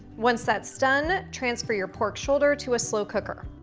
once that's done, transfer your pork shoulder to a slow cooker.